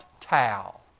towel